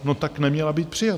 No tak neměla být přijata.